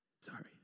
Sorry